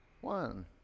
one